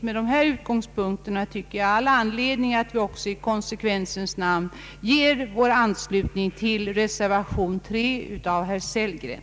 Med dessa utgångspunkter anser jag att det i konsekvensens namn finns anledning att ge vår anslutning till reservation III av herr Sellgren.